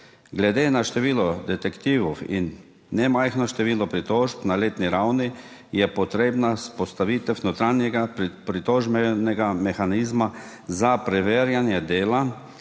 Glede na število detektivov in ne majhno število pritožb na letni ravni je potrebna vzpostavitev notranjega pritožbenega mehanizma za preverjanje dela